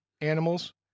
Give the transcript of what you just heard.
animals